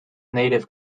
native